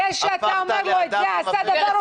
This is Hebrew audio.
אני רוצה לתת לו לסיים את דבריו.